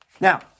Now